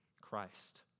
Christ